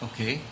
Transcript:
Okay